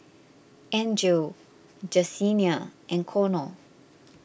Angele Jesenia and Connor